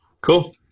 Cool